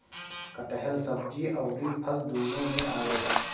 कटहल सब्जी अउरी फल दूनो में आवेला